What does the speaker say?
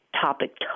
topic